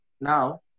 now